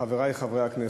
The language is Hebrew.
חברי חברי הכנסת,